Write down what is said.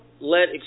let